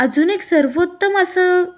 अजून एक सर्वोत्तम असं